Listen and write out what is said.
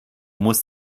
musst